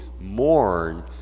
mourn